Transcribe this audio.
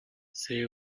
say